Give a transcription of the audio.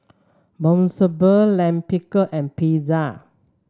Monsunabe Lime Pickle and Pizza